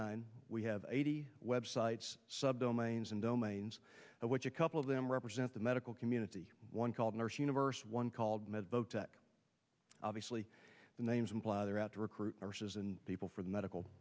nine we have eighty web sites subdomains and domains which a couple of them represent the medical community one called nurse universe one called med tech obviously the names imply their out to recruit arses and people for the medical